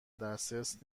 دسترس